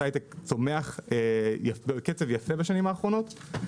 היי-טק צומח בקצב יפה בשנים האחרונות.